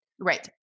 right